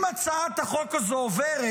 אם הצעת החוק הזו עוברת,